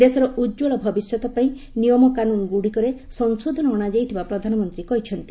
ଦେଶର ଉଜ୍ଜଳ ଭବିଷ୍ୟତ ପାଇଁ ନିୟମକାନୁନ ଗୁଡ଼ିକରେ ସଂଶୋଧନ ଅଣାଯାଇଥିବା ପ୍ରଧାନମନ୍ତ୍ରୀ କହିଛନ୍ତି